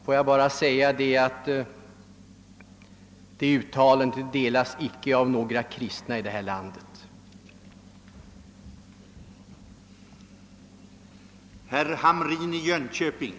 Låt mig bara säga, att ett sådant uttalande kan inga kristna i detta land ansluta sig till.